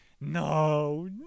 no